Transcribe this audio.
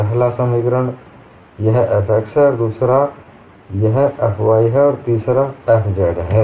पहला समीकरण यह F x है दूसरा समीकरण यह F y है और तीसरा समीकरण यह F z है